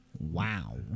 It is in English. Wow